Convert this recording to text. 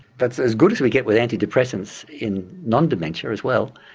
that's as good as we get with antidepressants in non-dementia as well,